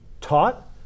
taught